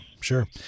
sure